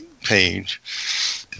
page